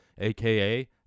aka